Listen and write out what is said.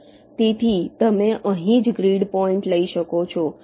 તેથી તમે અહીં જ ગ્રીડ પોઈન્ટ લઈ શકો છો